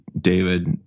David